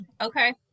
okay